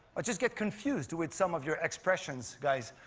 but just get con faased with some of your expressions, guys.